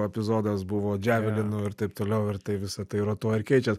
o epizodas buvo džiavilinų ir taip toliau ir tai visa tai rotuoja ir keičias